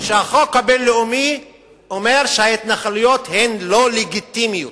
שהחוק הבין-לאומי אומר שההתנחלויות הן לא לגיטימיות,